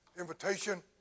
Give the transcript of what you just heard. invitation